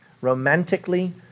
Romantically